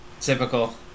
Typical